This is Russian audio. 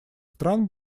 стран